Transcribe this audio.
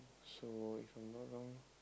so If I am not wrong